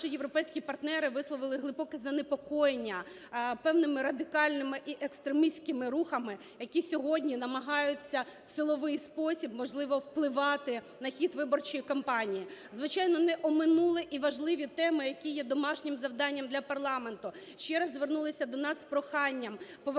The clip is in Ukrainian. наші європейські партнери висловили глибоке занепокоєння певними радикальними і екстремістськими рухами, які сьогодні намагаються в силовий спосіб, можливо, впливати на хід виборчої кампанії. Звичайно, не оминули і важливі теми, які є домашнім завданням для парламенту. Ще раз звернулися до нас з проханням повернутися